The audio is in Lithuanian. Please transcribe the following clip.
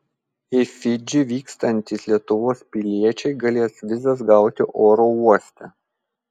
į fidžį vykstantys lietuvos piliečiai galės vizas gauti oro uoste